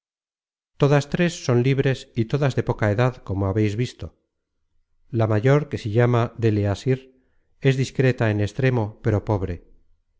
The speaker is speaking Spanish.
todas tres son libres y todas de poca edad como habeis visto la mayor que se llama deleasir es discreta en extremo pero pobre